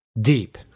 deep